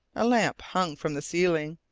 a lamp hung from the ceiling,